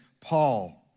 Paul